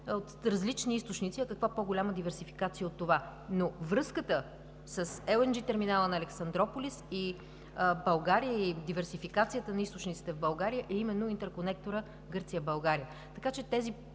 от различни източници, а каква по-голяма диверсификация от това? Връзката с Ел Ен Джи терминала в Александруполис и България, и диверсификацията на източниците в България е именно интерконекторът Гърция – България,